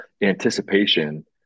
anticipation